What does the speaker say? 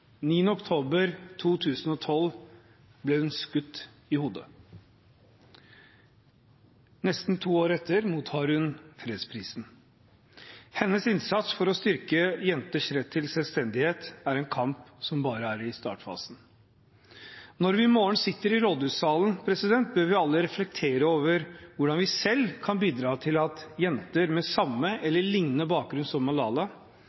9. oktober 2012 ble hun skutt i hodet. Nesten to år etter mottar hun fredsprisen. Hennes innsats for å styrke jenters rett til selvstendighet er en kamp som bare er i startfasen. Når vi i morgen sitter i rådhussalen, bør vi alle reflektere over hvordan vi selv kan bidra til at jenter med samme eller lignende bakgrunn som